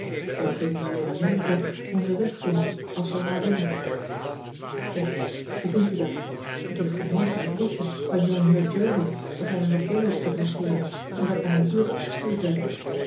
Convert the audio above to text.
e kunnen hier in merika onzen weg vinden als we maar willen eg hoe vind je dat k kreeg vanmorgen een briefje van ongeheer ervie dat hij naar ock illow adresseerde en dat me naar hier opgestuurd werd